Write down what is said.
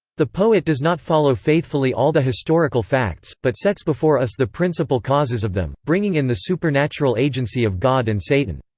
the poet does not follow faithfully all the historical facts, but sets before us the principal causes of them, bringing in the supernatural agency of god and satan.